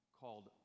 called